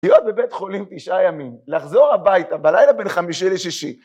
‫להיות בבית חולים תשעה ימים, ‫לחזור הביתה בלילה בין חמישי לשישי.